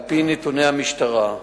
על-פי נתוני המשטרה,